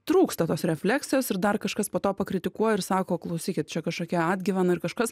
trūksta tos refleksijos ir dar kažkas po to pakritikuoja ir sako klausykit čia kažkokia atgyvena ir kažkas